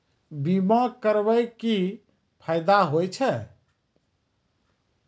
बीमा करबै के की फायदा होय छै?